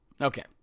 Okay